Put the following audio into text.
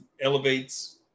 elevates